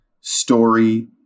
story